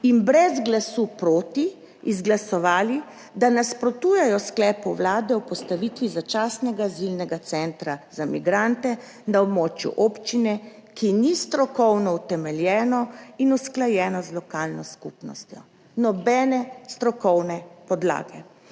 in brez glasu proti izglasovali, da nasprotujejo sklepu vlade o postavitvi začasnega azilnega centra za migrante na območju občine, ki ni strokovno utemeljeno in usklajeno z lokalno skupnostjo. Nobene strokovne podlage.